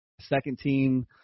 second-team